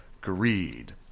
greed